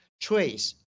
trace